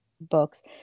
books